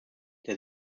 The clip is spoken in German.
der